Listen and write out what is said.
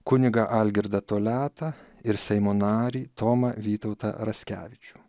kunigą algirdą toliatą ir seimo narį tomą vytautą raskevičių